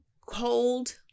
cold